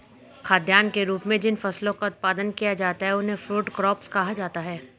खाद्यान्न के रूप में जिन फसलों का उत्पादन किया जाता है उन्हें फूड क्रॉप्स कहा जाता है